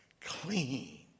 clean